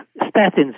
statins